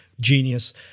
genius